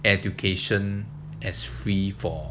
education as free for